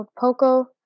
Poco